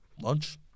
lunch